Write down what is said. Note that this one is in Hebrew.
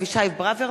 אלקין,